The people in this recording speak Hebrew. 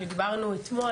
שדיברנו אתמול,